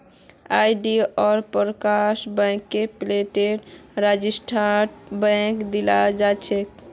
आई.डी.आर पासवर्डके बैंकेर पोर्टलत रेजिस्ट्रेशनेर बाद दयाल जा छेक